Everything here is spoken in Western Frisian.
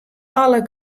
alle